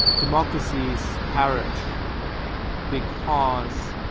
democracies perish because